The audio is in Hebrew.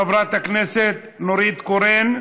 חברת הכנסת נורית קורן,